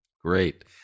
great